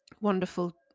wonderful